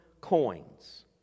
coins